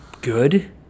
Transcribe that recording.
good